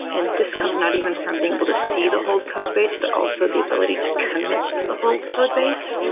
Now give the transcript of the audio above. and this comes not even from being able to see the whole codebase, but also the ability to commit to the whole codebase,